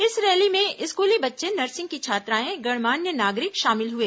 इस रैली में स्कूली बच्चे नर्सिंग की छात्राएं और गणमान्य नागरिक शामिल हुए